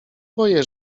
boję